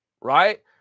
right